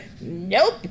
nope